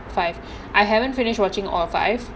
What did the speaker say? five I haven't finish watching all five